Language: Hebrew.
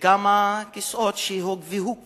וכמה כיסאות שהוגבהו קצת,